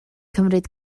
cymryd